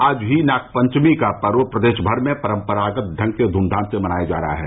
आज ही नागपंचमी का पर्व प्रदेश भर में परम्परागत ढंग से धूम्बाम से मनाया जा रहा है